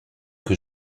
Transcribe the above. que